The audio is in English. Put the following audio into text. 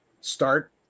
start